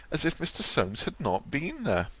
as if mr. solmes had not been there.